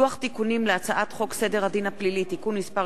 לוח תיקונים להצעת חוק סדר הדין הפלילי (תיקון מס'